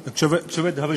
טוב.